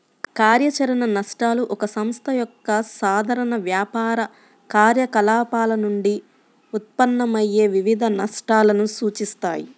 కార్యాచరణ నష్టాలు ఒక సంస్థ యొక్క సాధారణ వ్యాపార కార్యకలాపాల నుండి ఉత్పన్నమయ్యే వివిధ నష్టాలను సూచిస్తాయి